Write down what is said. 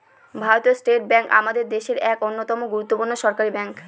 ভারতীয় state bank আমাদের দেশের এক অন্যতম গুরুত্বপূর্ণ সরকারি ব্যাঙ্ক